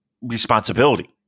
responsibility